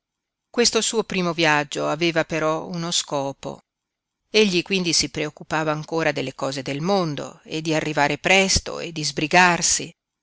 questo suo primo viaggio aveva però uno scopo egli quindi si preoccupava ancora delle cose del mondo e di arrivare presto e di sbrigarsi